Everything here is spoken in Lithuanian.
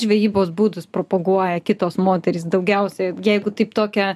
žvejybos būdus propaguoja kitos moterys daugiausiai jeigu taip tokią